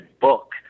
book